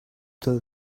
tell